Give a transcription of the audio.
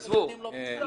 --- עזבו.